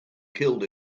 killed